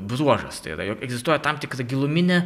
bruožas tai yra jog egzistuoja tam tikra giluminė